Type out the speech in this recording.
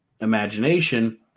imagination